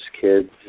kids